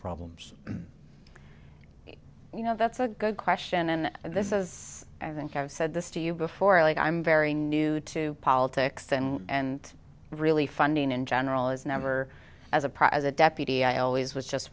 problems you know that's a good question and this is i think i've said this to you before i like i'm very new to politics and really funding in general is never as a prize a deputy i always was just